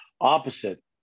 opposite